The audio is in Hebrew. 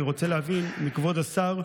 אני רוצה להבין מכבוד השר: